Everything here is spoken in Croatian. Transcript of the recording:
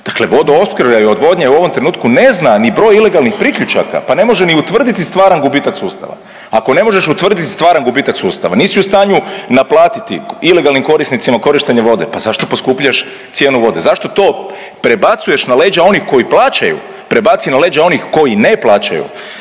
Dakle, Vodoopskrba i odvodnja u ovom trenutku ne zna ni broj ilegalnih priključaka pa ne možemo ni utvrditi stvaran gubitak sustava. Ako ne možeš utvrdit stvaran gubitak sustava, nisi u stanju naplatiti ilegalnim korisnicima korištenje vode, pa zašto poskupljuješ cijenu vode, zašto to prebacuješ na leđa onih koji plaćaju. Prebaci na leđa onih koji ne plaćaju